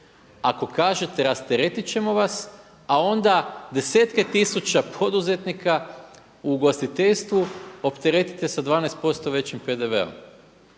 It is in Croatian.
ako kažete rasteretit ćemo vas a onda desetke tisuća poduzetnika u ugostiteljstvu opteretite sa 12% većim PDV-om?